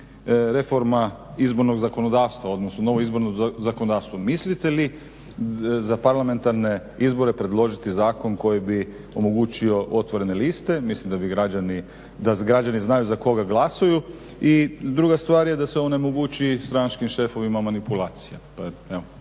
reforma izbornog zakonodavstva, odnosno novo izborno zakonodavstvo. Mislite li za Parlamentarne izbore predložiti zakon koji bi omogućio otvorene liste? Mislim da bi građani, da građani znaju za koga glasuju i druga stvar je da se onemogući stranačkim šefovima manipulacija. Pa evo.